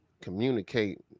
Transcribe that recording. communicate